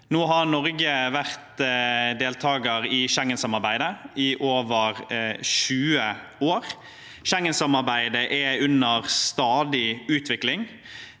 Nå har Norge vært deltaker i Schengen-samarbeidet i over 20 år. Schengen-samarbeidet er under stadig utvikling.